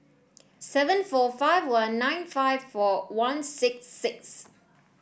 seven four five one nine five four one six six